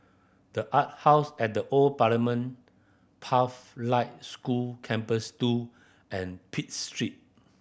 The Art House at the Old Parliament Pathlight School Campus Two and Pitt Street